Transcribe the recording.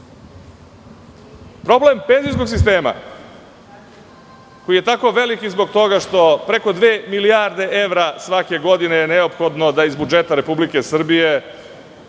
penzijskog sistema koji je tako veliki zbog toga što preko dve milijarde evra svake godine je neophodno da iz budžeta Republike Srbije